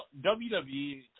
WWE